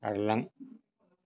बारलां